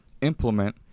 implement